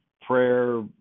prayer